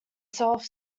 self